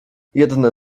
jedne